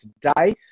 today